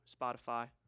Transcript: Spotify